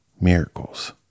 Miracles